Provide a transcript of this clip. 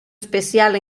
especial